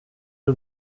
y’u